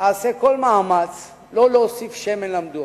כל מאמץ לא להוסיף שמן למדורה,